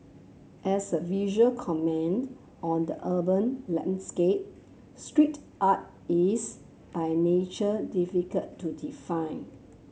as a visual comment on the urban landscape street art is by nature difficult to define